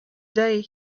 day